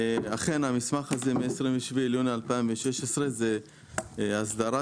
אכן המסמך הזה מ-27 ביוני 2016 זו הסדרה,